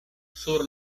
sur